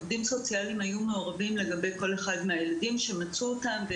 עובדים סוציאליים היו מעורבים לגבי כל אחד מהילדים שמצאו אותם.